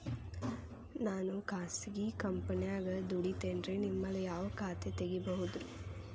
ನಾನು ಖಾಸಗಿ ಕಂಪನ್ಯಾಗ ದುಡಿತೇನ್ರಿ, ನಿಮ್ಮಲ್ಲಿ ಯಾವ ಖಾತೆ ತೆಗಿಬಹುದ್ರಿ?